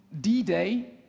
D-Day